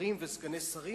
לשרים ולסגני שרים.